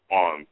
on